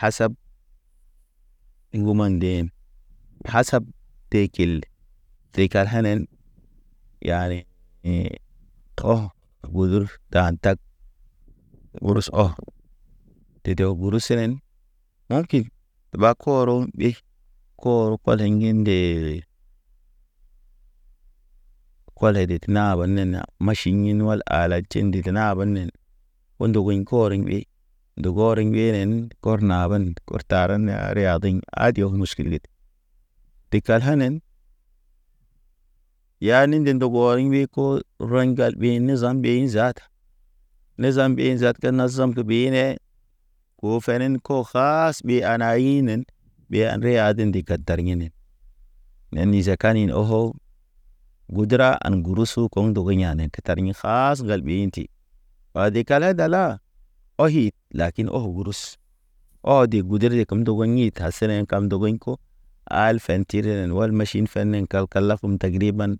hasab. Ḭ ŋguma nden, hasab dekil. Dekal henen, yane yḛ. Te hɔ gudru tan tag gurus ɔ, dede ɔ gurusnen. Mɔŋ kin ɓa kɔrɔn ɓe, kor kɔlḛ ŋgin nde. Kɔle de te naɓan nena maʃin ɲin wal ala tʃe. Tʃe ndigi na banen o ndogo ɔɲ kɔrɔɲ ɓe. Ndogo ɔriŋ ɓenen kɔr naɓen, kɔr tareŋ riyaden. Diŋ adiyo muʃkil get. De kal hanen yani nde ndogo ɔriŋ ɓe ko, ko rɔy ŋgal ɓe ni zam ɓe zaata. Nezam ɓe zaata te na zam de ɓinee. O fenen ko kaas ɓi ana hinen. Ɓe an riyade ndi kadad. Tar yinen iza kani ne oho, gudra an gurusu koŋ ndogo ya̰ ne de tar ɲi ka. Ka has gal ɓi inti, adi kale dala, ɔhit lakin ɔhɔ gurus. Ɔ de gudure de kem ndogo ɲine ta senen kam ndogoɲ ko. Al fḛtire ne wal maʃin fene kal- kal lakum tagri ban.